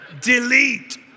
Delete